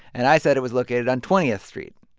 and i said it was located on twentieth street.